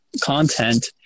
content